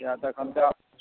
किए तऽ तमसएब